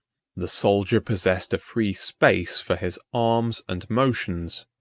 the soldier possessed a free space for his arms and motions,